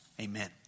Amen